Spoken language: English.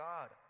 God